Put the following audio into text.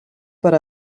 per